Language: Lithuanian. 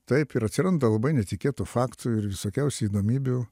taip ir atsiranda labai netikėtų faktų ir visokiausių įdomybių